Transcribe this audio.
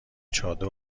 چادر